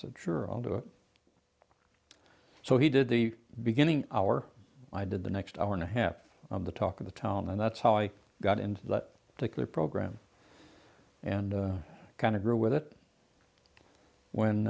said sure i'll do it so he did the beginning hour i did the next hour and a half of the talk of the town and that's how i got into that sickly program and kind of grew with it when